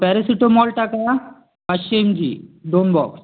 paracetamol टाका पाचशे M G दोन बॉक्स